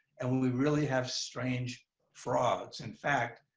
and we really have strange frogs. in fact,